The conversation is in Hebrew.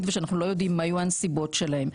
ושאנחנו לא יודעים מה יהיו הנסיבות שלהם.